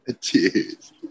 Cheers